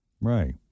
Right